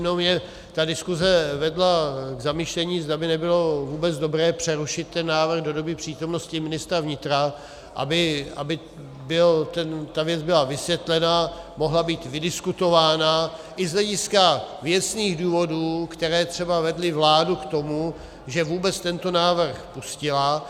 Mne ta diskuse vedla k zamyšlení, zda by nebylo vůbec dobré přerušit ten návrh do doby přítomnosti ministra vnitra, aby ta věc byla vysvětlena, mohla být vydiskutována i z hlediska věcných důvodů, které třeba vedly vládu k tomu, že vůbec tento návrh pustila.